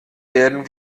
werden